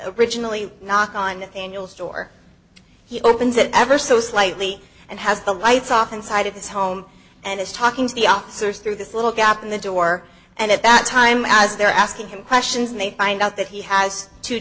originally knock on door he opens it ever so slightly and has the lights off inside of this home and is talking to the officers through this little gap in the door and at that time as they're asking him questions they find out that he has two